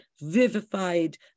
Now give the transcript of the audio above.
vivified